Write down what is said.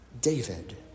David